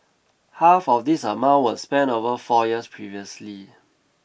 half of this amount was spent over four years previously